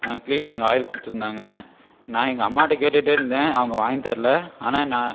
cleaning oil கொடுத்துருந்தாங்க நான் எங்கள் அம்மாகிட்ட கேட்டுகிட்டே இருந்தேன் அவங்க வாங்கித் தரல ஆனால் நான்